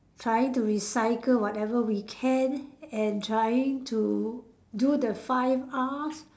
trying to recycle whatever we can and trying to do the five Rs